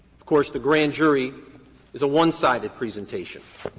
of course, the grand jury is a one-sided presentation.